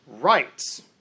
rights